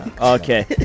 Okay